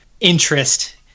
interest